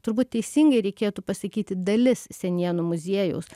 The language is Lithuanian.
turbūt teisingai reikėtų pasakyti dalis senienų muziejaus